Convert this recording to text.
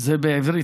זה בעברית,